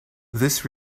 this